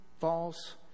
False